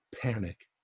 panic